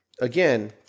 Again